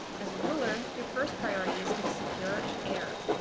as a ruler, your first priority is to secure an heir.